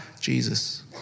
Jesus